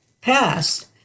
passed